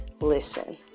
Listen